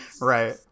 right